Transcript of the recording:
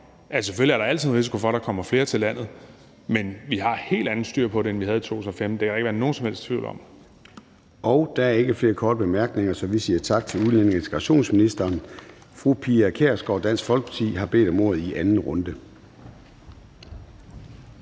selvfølgelig er der altid en risiko for, at der kommer flere til landet, men vi har helt anderledes styr på det, end vi havde i 2015. Det kan der ikke være nogen som helst tvivl om. Kl. 13:52 Formanden (Søren Gade): Der er ikke flere korte bemærkninger, så vi siger tak til udlændinge- og integrationsministeren. Fru Pia Kjærsgaard, Dansk Folkeparti, har bedt om ordet i anden runde.